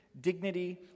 dignity